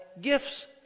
gifts